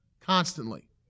constantly